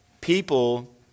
people